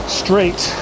straight